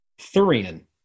Thurian